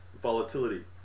volatility